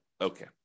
okay